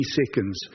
seconds